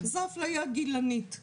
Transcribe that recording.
זו אפליה גילנית.